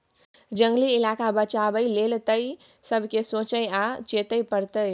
जंगली इलाका बचाबै लेल तए सबके सोचइ आ चेतै परतै